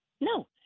No